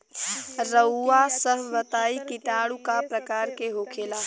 रउआ सभ बताई किटाणु क प्रकार के होखेला?